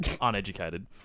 uneducated